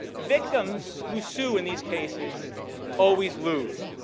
victims who sue in these cases always lose.